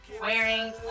wearing